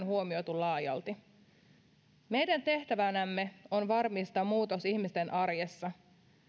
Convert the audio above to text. huomioitu laajalti meidän tehtävänämme on varmistaa muutos ihmisten arjessa